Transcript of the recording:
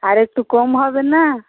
আরেকটু কম হবে না